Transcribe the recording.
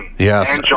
Yes